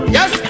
Yes